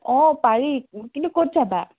অঁ পাৰি কিন্তু ক'ত যাবা